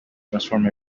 transform